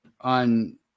on